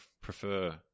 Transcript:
prefer